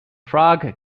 frog